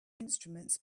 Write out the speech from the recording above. instruments